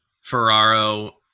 Ferraro